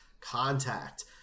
Contact